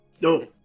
No